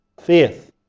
faith